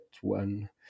one